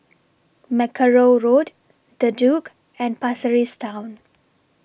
Mackerrow Road The Duke and Pasir Ris Town